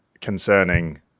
concerning